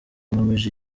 nkomeje